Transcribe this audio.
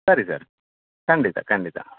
ಸರಿ ಸರ್ ಖಂಡಿತ ಖಂಡಿತ